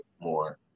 more